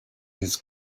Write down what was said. his